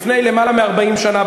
לפני למעלה מ-40 שנה,